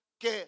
que